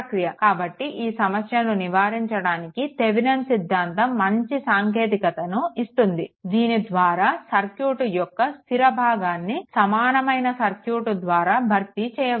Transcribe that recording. కాబట్టి ఈ సమస్యను నివారించడానికి థెవెనిన్ సిద్ధాంతం మంచి సాంకేతికతను ఇస్తుంది దీని ద్వారా సర్క్యూట్ యొక్క స్థిర భాగాన్ని సమానమైన సర్క్యూట్ ద్వారా భర్తీ చేయవచ్చు